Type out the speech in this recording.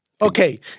Okay